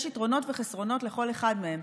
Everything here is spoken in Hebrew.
יש יתרונות וחסרונות לכל אחד מהם.